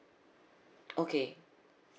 okay